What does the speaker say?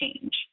change